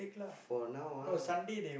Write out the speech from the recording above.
for now ah